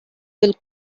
will